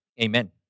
Amen